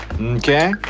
Okay